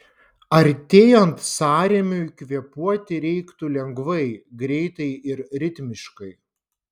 artėjant sąrėmiui kvėpuoti reiktų lengvai greitai ir ritmiškai